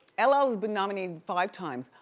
ll ah has been nominated five times.